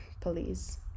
Police